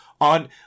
on